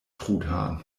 truthahn